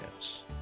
Yes